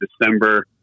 December